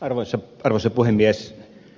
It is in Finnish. arvoisa puhemies